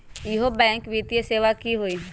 इहु बैंक वित्तीय सेवा की होई?